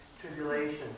tribulation